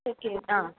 okay ആ